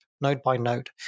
node-by-node